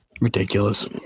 Ridiculous